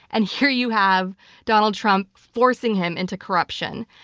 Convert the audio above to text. and here you have donald trump forcing him into corruption.